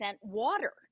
water